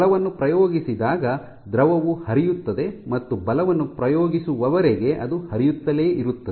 ಬಲವನ್ನು ಪ್ರಯೋಗಿಸಿದಾಗ ದ್ರವವು ಹರಿಯುತ್ತದೆ ಮತ್ತು ಬಲವನ್ನು ಪ್ರಯೋಗಿಸುವವರೆಗೆ ಅದು ಹರಿಯುತ್ತಲೇ ಇರುತ್ತದೆ